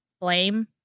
blame